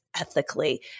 ethically